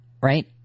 right